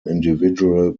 individual